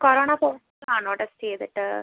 corona പോസിറ്റീവാണോ test ചെയ്തിട്ട്